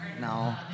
No